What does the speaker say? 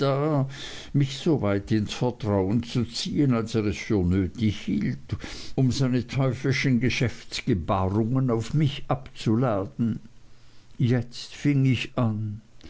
mich soweit ins vertrauen zu ziehen als er es für nötig hielt um seine teuflischen geschäftsgebahrungen auf mich abzuladen jetzt fing ich an